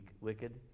wicked